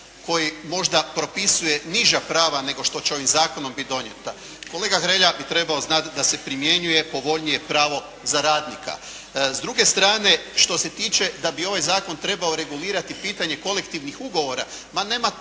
koji možda propisuje niža prava nego što će ovim zakonom biti donijeta kolega Hrelja bi trebao znati da se primjenjuje povoljnije pravo za radnika. S druge strane, što se tiče da bi ovaj zakon trebao regulirati pitanje kolektivnih ugovora ma nema teorije.